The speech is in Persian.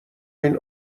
این